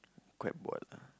quite bored lah